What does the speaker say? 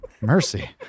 mercy